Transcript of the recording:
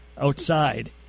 outside